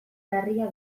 larria